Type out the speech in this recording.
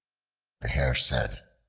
the hare said,